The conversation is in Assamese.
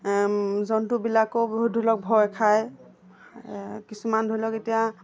জন্তুবিলাকো বহুত ধৰি লওক ভয় খায় কিছুমান ধৰি লওক এতিয়া